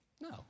No